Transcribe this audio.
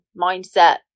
mindset